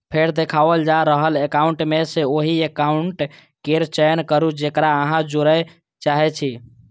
फेर देखाओल जा रहल एकाउंट मे सं ओहि एकाउंट केर चयन करू, जेकरा अहां जोड़य चाहै छी